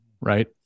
Right